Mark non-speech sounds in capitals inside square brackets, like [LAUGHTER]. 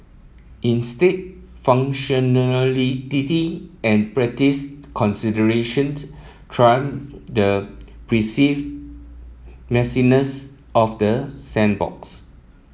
instead [UNINTELLIGIBLE] and practice considerations trump the perceived messiness of the sandboxes